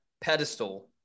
pedestal